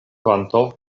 kvanto